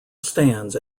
stands